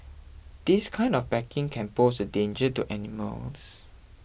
this kind of packaging can pose a danger to animals